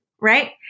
Right